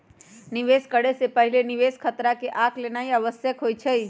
निवेश करे से पहिले निवेश खतरा के आँक लेनाइ आवश्यक होइ छइ